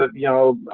ah you know,